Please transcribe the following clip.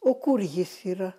o kur jis yra